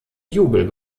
jubel